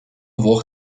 włoch